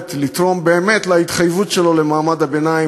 יכולת לתרום באמת להתחייבות שלו למעמד הביניים.